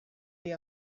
way